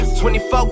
24